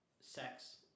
sex